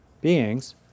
beings